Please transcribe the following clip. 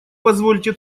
позвольте